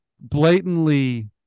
blatantly